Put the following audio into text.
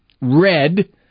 Red